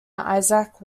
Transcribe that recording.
isaac